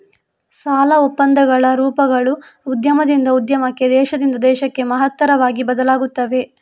ಸಾಲ ಒಪ್ಪಂದಗಳ ರೂಪಗಳು ಉದ್ಯಮದಿಂದ ಉದ್ಯಮಕ್ಕೆ, ದೇಶದಿಂದ ದೇಶಕ್ಕೆ ಮಹತ್ತರವಾಗಿ ಬದಲಾಗುತ್ತವೆ